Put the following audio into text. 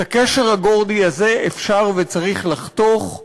את הקשר הגורדי הזה אפשר וצריך לחתוך.